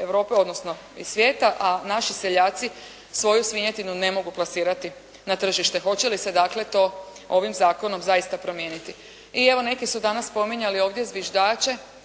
Europe, odnosno iz svijeta, a naši seljaci svoju svinjetinu ne mogu plasirati na tržište. Hoće li se dakle to ovim zakonom zaista promijeniti? I evo neki su danas spominjali ovdje zviždače,